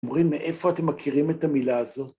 אומרים מאיפה אתם מכירים את המילה הזאת?